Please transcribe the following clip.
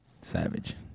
Savage